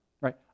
right